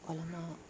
!alamak!